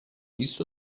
بیست